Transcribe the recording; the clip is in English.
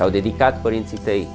how did it got put into if they